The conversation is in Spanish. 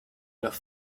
los